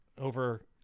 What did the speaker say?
over